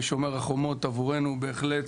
"שומר חומות" עבורנו בהחלט